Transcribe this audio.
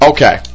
Okay